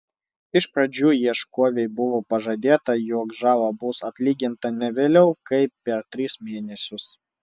iš pradžių ieškovei buvo pažadėta jog žala bus atlyginta ne vėliau kaip per tris mėnesius